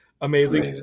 Amazing